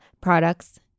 products